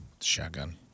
Shotgun